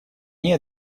ней